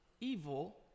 evil